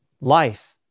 life